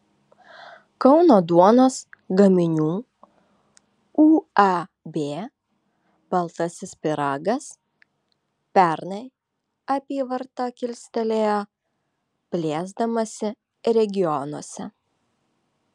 kauno duonos gaminių uab baltasis pyragas pernai apyvartą kilstelėjo plėsdamasi regionuose